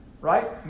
right